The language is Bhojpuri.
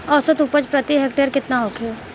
औसत उपज प्रति हेक्टेयर केतना होखे?